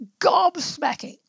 gobsmacking